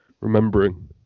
remembering